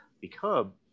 become